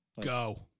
go